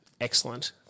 Excellent